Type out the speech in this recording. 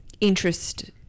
interest